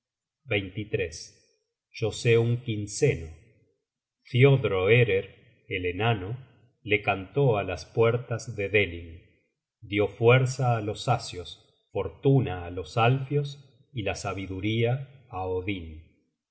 yo sé un quinceno thiodroerer el enano le cantó á las puertas de deling dio fuerza á los asios fortuna á los alfios y la sabiduría á odin